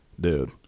Dude